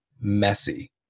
messy